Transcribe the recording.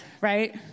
right